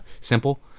simple